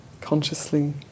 consciously